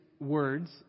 words